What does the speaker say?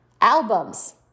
Albums